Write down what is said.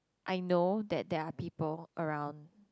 I know that there are people around